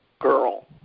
girl